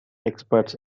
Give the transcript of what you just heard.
experts